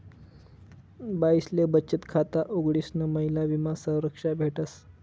बाईसले बचत खाता उघडीसन महिला विमा संरक्षा भेटस